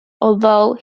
although